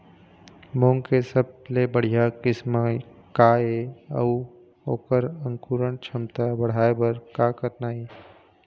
मूंग के सबले बढ़िया किस्म का ये अऊ ओकर अंकुरण क्षमता बढ़ाये बर का करना ये?